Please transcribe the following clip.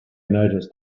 noticed